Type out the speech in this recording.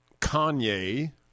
Kanye